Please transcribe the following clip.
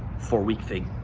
four-week thing.